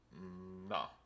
No